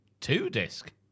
Two-disc